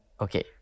Okay